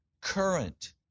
current